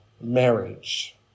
marriage